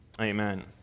amen